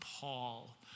Paul